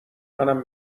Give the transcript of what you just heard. منم